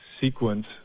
sequence